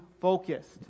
focused